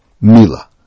Mila